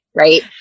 Right